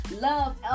love